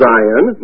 Zion